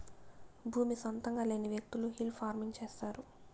భూమి సొంతంగా లేని వ్యకులు హిల్ ఫార్మింగ్ చేస్తారు